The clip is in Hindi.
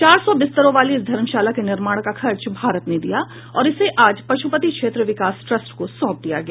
चार सौ बिस्तरों वाली इस धर्मशाला के निर्माण का खर्च भारत ने दिया और इसे आज पशुपति क्षेत्र विकास ट्रस्ट को सौंप दिया गया